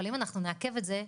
אבל אם אנחנו נעכב את זה,